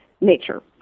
nature